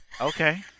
Okay